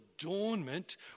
adornment